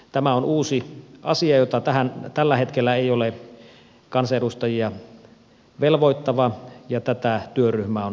tämä on uusi asia joka tällä hetkellä ei ole kansanedustajia velvoittava ja tätä työryhmä on esittänyt